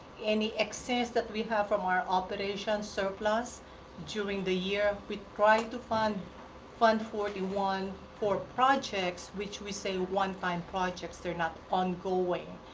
any excess that we have from our operation surplus during the year, we try to fund fund for the one core projects which we say one-time projects. they're not on-going.